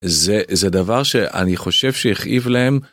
זה דבר שאני חושב שהכאיב להם.